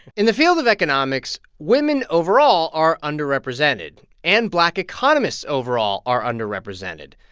in the field of economics, women overall are underrepresented, and black economists overall are underrepresented.